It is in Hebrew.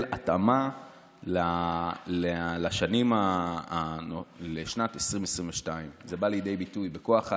התאמה לשנת 2022. זה בא לידי ביטוי בכוח האדם,